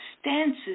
stances